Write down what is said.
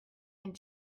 and